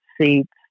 seats